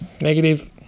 Negative